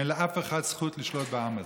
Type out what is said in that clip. אין לאף אחד זכות לשלוט בעם הזה.